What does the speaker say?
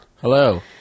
hello